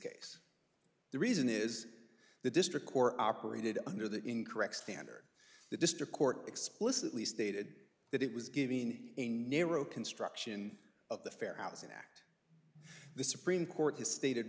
case the reason is the district corps operated under that incorrect standard the district court explicitly stated that it was given a narrow construction of the fair housing act the supreme court has stated